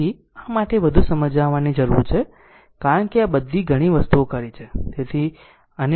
તેથી આ માટે વધુ સમજાવવાની જરૃર નથી કારણ કે ઘણી વસ્તુઓ કરી છે